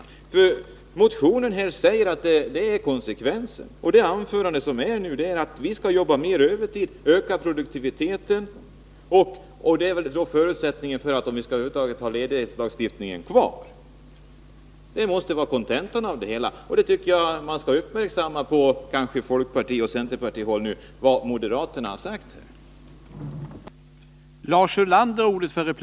I motionen framhålls att konsekvensen blir denna neddragning. Sten Svenssons anförande går ju också ut på att vi skall arbeta mera på övertid och öka produktiviteten, vilket väl är en förutsättning för att vi över huvud taget skall kunna ha Nr 36 ledighetslagstiftningen kvar. Detta måste vara kontentan av det hela. Jag tycker att man på folkpartioch centerpartihåll bör uppmärksamma vad moderaterna har sagt.